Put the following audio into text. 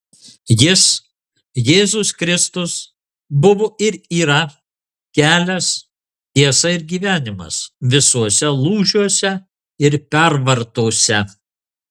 jis jėzus kristus buvo ir yra kelias tiesa ir gyvenimas visuose lūžiuose ir pervartose